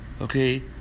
Okay